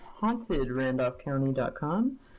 hauntedrandolphcounty.com